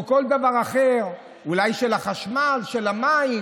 של כל דבר אחר, אולי של החשמל, של המים.